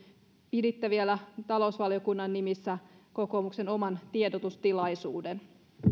piditte vielä talousvaliokunnan nimissä kokoomuksen oman tiedotustilaisuuden